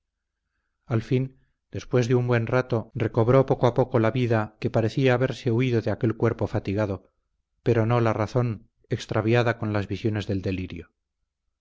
al fin después de un buen rato recobró poco a poco la vida que parecía haberse huido de aquel cuerpo fatigado pero no la razón extraviada con las visiones del delirio